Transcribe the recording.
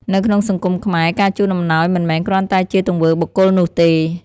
នៅក្នុងសង្គមខ្មែរ ការជូនអំណោយមិនមែនគ្រាន់តែជាទង្វើបុគ្គលនោះទេ។